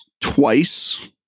twice